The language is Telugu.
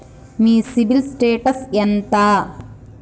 మీ సిబిల్ స్టేటస్ ఎంత?